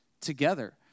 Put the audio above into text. together